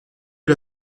est